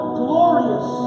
glorious